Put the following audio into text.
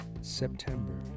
September